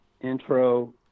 intro